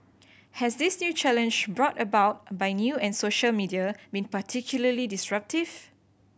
has this new challenge brought about by new and social media been particularly disruptive